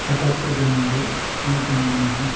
ᱟᱴᱷᱟᱥᱮ ᱡᱟᱱᱩᱣᱟᱨᱤ ᱤᱧᱟᱹᱜ ᱡᱟᱱᱟᱢ ᱢᱟᱦᱟ